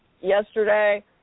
yesterday